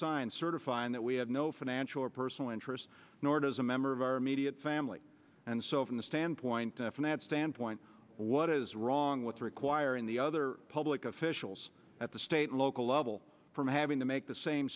sign certifying that we have no financial or personal interest nor does a member of our immediate family and so from the standpoint and from that standpoint what is wrong with requiring the other public officials at the state local level from having to make the same